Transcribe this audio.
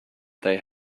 they